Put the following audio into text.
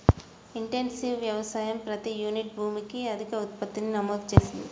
intensive వ్యవసాయం ప్రతి unit భూమికి అధిక ఉత్పత్తిని నమోదు చేసింది